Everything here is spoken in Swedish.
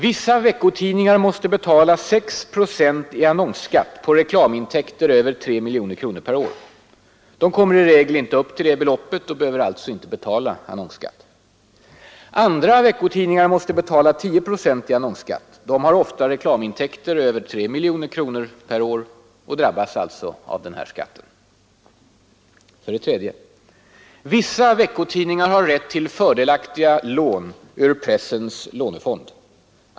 Vissa veckotidningar måste betala 6 procent i annonsskatt på reklamintäkter över 3 miljoner kronor per år. De kommer i regel inte upp till det beloppet och behöver alltså inte betala annonsskatt. Andra veckotidningar måste betala 10 procent i annonsskatt. De har ofta reklamintäkter över 3 miljoner kronor per år och drabbas alltså av den här skatten. 3. Vissa veckotidningar har rätt till fördelaktiga lån ur pressens lånefond.